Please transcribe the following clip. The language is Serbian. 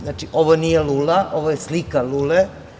Znači, ovo nije lula, ovo je slika lule.